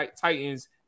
Titans